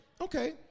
Okay